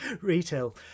retail